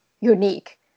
unique